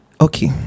Okay